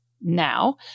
now